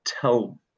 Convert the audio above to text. tell